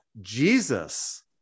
Jesus